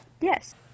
Yes